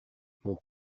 mon